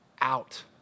out